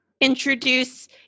introduce